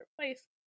place